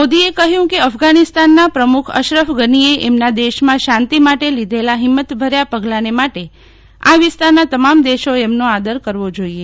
મોદીએ કહ્યું કે અફઘાનિસ્તાનના પ્રમુખ અશરફ ગનીએ એમના દેશમાં શાંતિ માટે લીધેલા હિંમતભર્યા પગલાંને માટે આ વિસ્તારના તમામ દેશોએ એમનો આદર કરવો જોઈએ